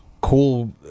cool